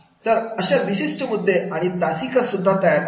तर अशा विशिष्ट मुद्दे आणि तासिका सुद्धा तयार केले